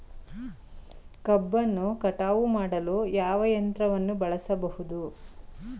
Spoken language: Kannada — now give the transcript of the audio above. ಕಬ್ಬನ್ನು ಕಟಾವು ಮಾಡಲು ಯಾವ ಯಂತ್ರವನ್ನು ಬಳಸಬಹುದು?